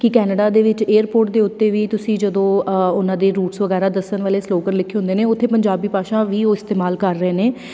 ਕਿ ਕੈਨੇਡਾ ਦੇ ਵਿੱਚ ਏਅਰਪੋਰਟ ਦੇ ਉੱਤੇ ਵੀ ਤੁਸੀਂ ਜਦੋਂ ਉਹਨਾਂ ਦੇ ਰੂਟਸ ਵਗੈਰਾ ਦੱਸਣ ਵਾਲੇ ਸਲੋਗਨ ਲਿਖੇ ਹੁੰਦੇ ਨੇ ਉੱਥੇ ਪੰਜਾਬੀ ਭਾਸ਼ਾ ਵੀ ਉਹ ਇਸਤੇਮਾਲ ਕਰ ਰਹੇ ਨੇ